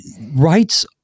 Rights